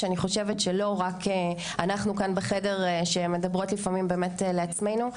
שאני חושבת שלא רק אנחנו כאן בחדר שמדברו לפעמים באמת לעצמנו,